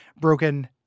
broken